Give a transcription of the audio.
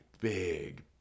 Big